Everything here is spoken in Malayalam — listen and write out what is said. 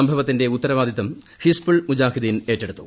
സംഭവത്തിന്റെ ഉത്തരവാദിത്തം ഹിസ്ബുൾ മുജാഹിദീൻ ഏറ്റെടുത്തു